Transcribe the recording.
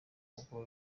kuko